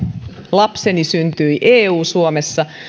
lapseni syntyivät eu suomessa